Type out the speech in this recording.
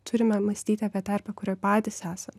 turime mąstyti apie terpę kurioj patys esam